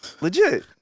Legit